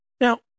Now